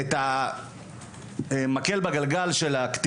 אני הכנסתי את המקל בגלגל של הקטינים.